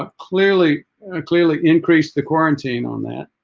um clearly clearly increase the quarantine on that